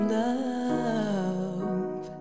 love